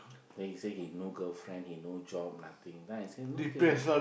then he say he no girlfriend he no job nothing then I say no